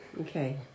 okay